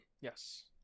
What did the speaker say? yes